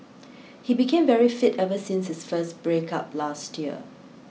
he became very fit ever since his first break up last year